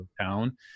town